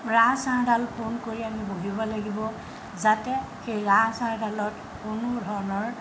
ৰাজহাঁড়ডাল পোন কৰি আমি বহিব লাগিব যাতে সেই ৰাজহাঁড়ডালত কোনো ধৰণৰ